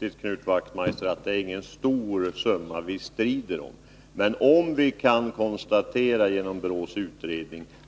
Herr talman! Det är naturligtvis riktigt, Knut Wachtmeister, att det inte är någon stor summa som vi strider om. Men om vi enligt BRÅ:s utredning kan konstatera